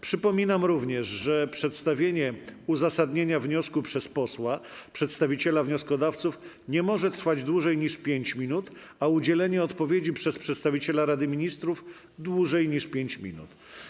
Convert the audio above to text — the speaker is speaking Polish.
Przypominam również, że przedstawienie uzasadnienia wniosku przez posła przedstawiciela wnioskodawców nie może trwać dłużej niż 5 minut, a udzielenie odpowiedzi przez przedstawiciela Rady Ministrów nie może trwać dłużej niż 5 minut.